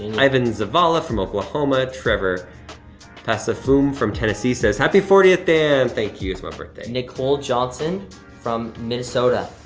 ivan zavala from oklahoma. trevor pacifum from tennessee says, happy fortieth, dan. thank you it's my birthday. nicole johnson from minnesota.